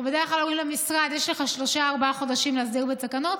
אנחנו בדרך כלל אומרים למשרד: יש לך שלושה-ארבעה חודשים להסדיר בתקנות,